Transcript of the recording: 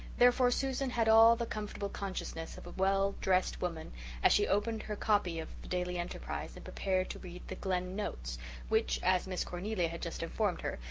therefore susan had all the comfortable consciousness of a well-dressed woman as she opened her copy of the daily enterprise and prepared to read the glen notes which, as miss cornelia had just informed her,